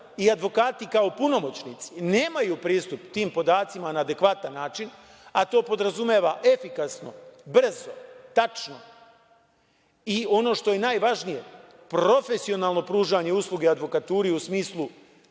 i advokati kao punomoćnici nemaju pristup tim podacima na adekvatan način, a to podrazumeva efikasno, brzo, tačno i ono što je najvažnije profesionalno pružanje usluge advokaturi u smislu